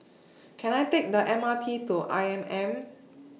Can I Take The M R T to I M M